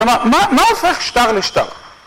מה הופך שטר לשטר?